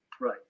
Right